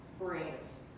brings